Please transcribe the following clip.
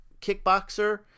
Kickboxer